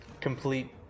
complete